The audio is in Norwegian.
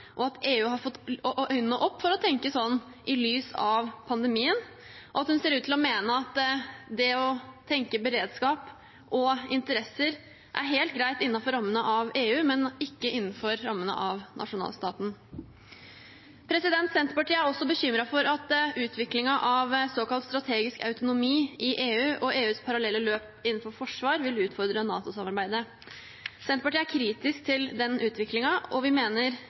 at EU har fått øynene opp for å tenke sånn i lys av pandemien, og at hun ser ut til å mene at det å tenke beredskap og interesser er helt greit innenfor rammene av EU, men ikke innenfor rammene av nasjonalstaten. Senterpartiet er også bekymret for at utviklingen av såkalt strategisk autonomi i EU og EUs parallelle løp innenfor forsvar vil utfordre NATO-samarbeidet. Senterpartiet er kritisk til den utviklingen, og vi mener